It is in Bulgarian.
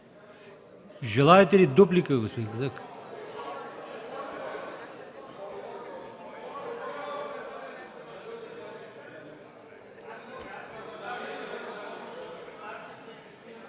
Желаете ли дуплика,